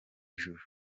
ijuru